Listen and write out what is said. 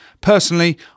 Personally